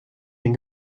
den